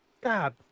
God